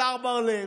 השר בר לב,